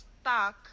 stuck